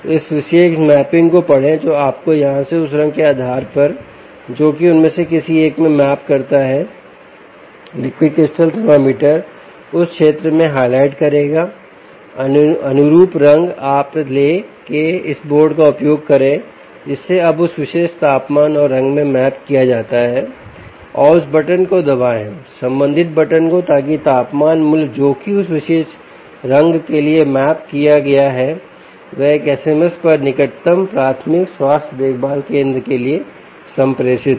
इस विशेष मैपिंग को पढ़ें जो आपके यहां है उस रंग के आधार पर जो कि उनमें से किसी एक में मैप करता है लिक्विड क्रिस्टल थर्मामीटर उस क्षेत्र में हाइलाइट करेगा अनुरूप रंग आप ले इस कीबोर्ड का उपयोग करें जिसे अब उस विशेष तापमान और रंग में मैप किया जाता हैऔर उस बटन को दबाएं संबंधित बटन को ताकि तापमान मूल्य जो की उस विशेष रंग के लिए मैप किया गया वह एक SMS पर निकटतम प्राथमिक स्वास्थ्य देखभाल केंद्र के लिए संप्रेषित हो